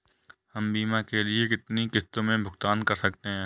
हम बीमा के लिए कितनी किश्तों में भुगतान कर सकते हैं?